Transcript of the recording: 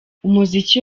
umuziki